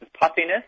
puffiness